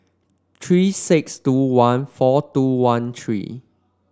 three six two one four two one three